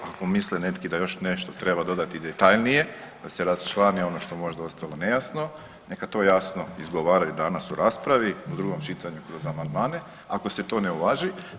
Ako misli netko da još nešto treba dodati detaljnije da se raščlani ono što je možda ostalo nejasno neka jasno to izgovaraju danas u raspravi u drugom čitanju kroz amandmane ako se to ne uvaži.